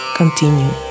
continue